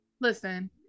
listen